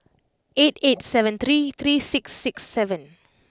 eight eight seven three three six six seven